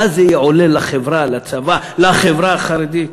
מה זה יעולל לחברה, לצבא, לחברה החרדית?